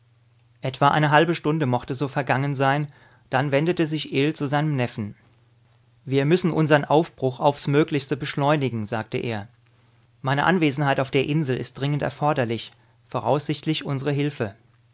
etwa eine halbe stunde mochte so vergangen sein dann wendete sich ill zu seinem neffen wir müssen unsern aufbruch aufs möglichste beschleunigen sagte er meine anwesenheit auf der insel ist dringend erforderlich voraussichtlich unsere hilfe